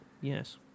yes